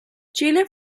chile